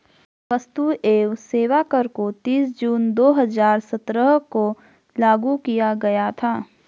वस्तु एवं सेवा कर को तीस जून दो हजार सत्रह को लागू किया गया था